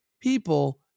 people